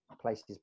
places